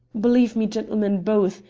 believe me, gentlemen both,